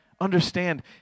Understand